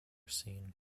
scene